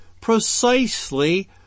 precisely